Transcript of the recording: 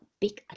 big